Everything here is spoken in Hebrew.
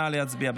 נא להצביע,